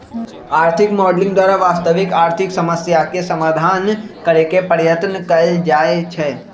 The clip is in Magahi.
आर्थिक मॉडलिंग द्वारा वास्तविक आर्थिक समस्याके समाधान करेके पर्यतन कएल जाए छै